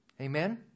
Amen